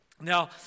Now